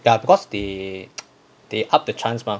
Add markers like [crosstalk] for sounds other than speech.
ya because they [noise] up the chance mah